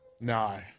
No